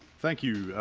thank you.